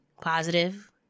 Positive